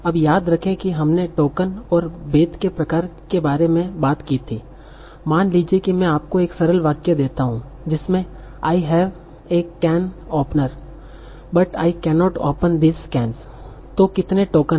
अब याद रखें कि हमने टोकन और भेद के प्रकार के बारे में बात की थी मान लीजिए कि मैं आपको एक सरल वाक्य देता हूं जिसमें I have a can opener but I cannot open this cans I have a can opener but I cannot open these cans तो कितने टोकन हैं